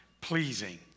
pleasing